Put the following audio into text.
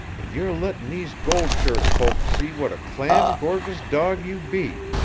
an' you're lettin' these gold-shirt folks see what a clam' gorgeous dawg you be!